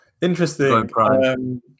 Interesting